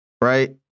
Right